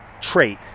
trait